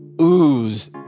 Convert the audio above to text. ooze